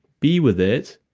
be with it,